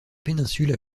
péninsule